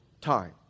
time